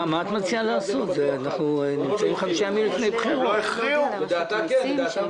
גפני, תעשה הצבעה על סעיף 38. על סעיף 38 לא עושים